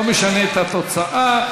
לא משנה את התוצאה.